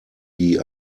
die